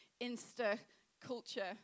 insta-culture